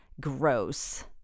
gross